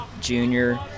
junior